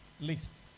list